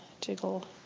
jiggle